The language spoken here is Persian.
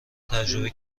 تجربه